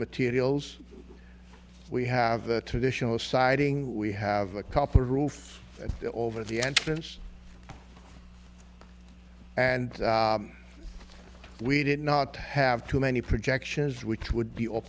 materials we have the additional siding we have a couple of roof over the entrance and we did not have too many projections which would be